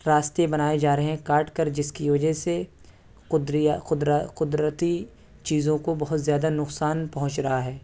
راستے بنائے جا رہے ہیں کاٹ کر جس کی وجہ سے قدرتی چیزوں کو بہت زیادہ نقصان پہنچ رہا ہے